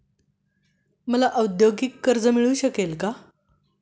मला औद्योगिक कर्ज मिळू शकेल का?